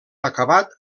acabat